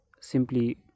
Simply